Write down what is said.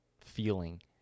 feeling